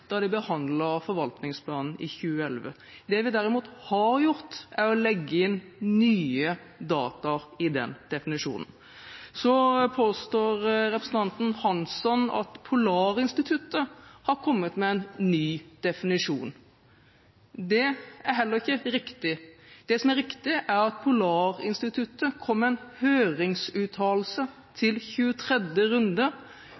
da de behandlet forvaltningsplanen i 2011. Det vi derimot har gjort, er å legge inn nye data i den definisjonen. Så påstår representanten Hansson at Polarinstituttet har kommet med en ny definisjon. Det er heller ikke riktig. Det som er riktig, er at Polarinstituttet kom med en høringsuttalelse til